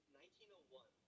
1901